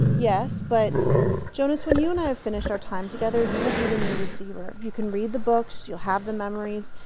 yes, but jonas, when you and i have finished our time together, you will be the new receiver. you can read the books you'll have the memories.